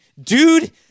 dude